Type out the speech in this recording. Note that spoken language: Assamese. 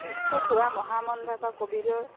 বিশ্বত হোৱা মহামণ্ডা বা কোভিডৰ